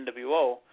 NWO